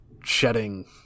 shedding